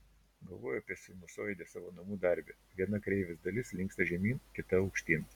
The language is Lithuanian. galvojo apie sinusoidę savo namų darbe viena kreivės dalis linksta žemyn kita aukštyn